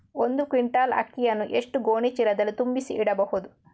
ಒಂದು ಕ್ವಿಂಟಾಲ್ ಅಕ್ಕಿಯನ್ನು ಎಷ್ಟು ಗೋಣಿಚೀಲದಲ್ಲಿ ತುಂಬಿಸಿ ಇಡಬಹುದು?